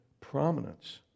prominence